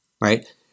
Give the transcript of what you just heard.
right